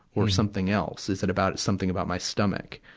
or something else? is it about, something about my stomach?